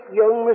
young